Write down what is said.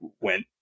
went